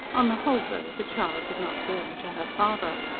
on the whole, though, the child did not warm to her father.